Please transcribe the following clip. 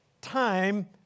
time